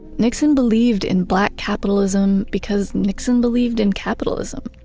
nixon believed in black capitalism because nixon believed in capitalism.